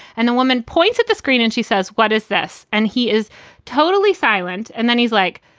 and the woman points at the screen and she says, what is this? and he is totally silent. and then he's like,